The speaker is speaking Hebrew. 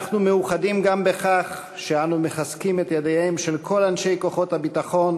אנחנו מאוחדים גם בכך שאנו מחזקים את ידיהם של כל אנשי כוחות הביטחון,